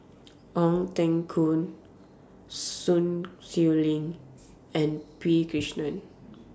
Ong Teng Koon Sun Xueling and P Krishnan